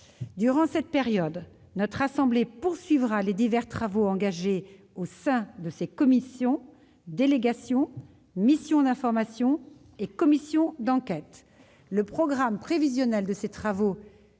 Durant cette période, notre assemblée poursuivra les divers travaux engagés au sein de ses commissions, délégations, missions d'information et commissions d'enquête. Le programme prévisionnel de ces travaux,